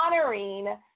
honoring